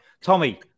Tommy